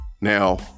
Now